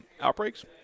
outbreaks